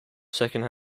second